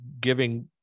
giving